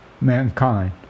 mankind